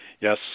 yes